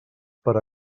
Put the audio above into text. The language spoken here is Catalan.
per